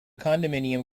condominium